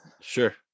sure